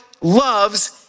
loves